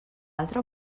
altra